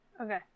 Okay